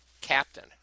Captain